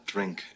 Drink